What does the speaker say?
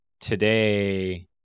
today